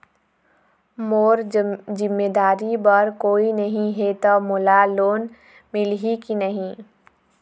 मोर जिम्मेदारी बर कोई नहीं हे त मोला लोन मिलही की नहीं?